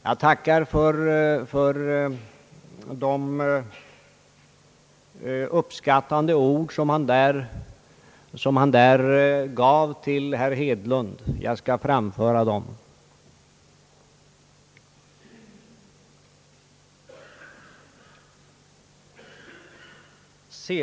Jag tackar för de uppskattande ord som herr Karlsson där gav till herr Hedlund. Jag skall framföra dem.